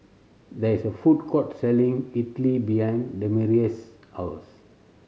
there is a food court selling Idili behind Demetrius' house